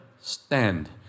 Stand